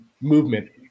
movement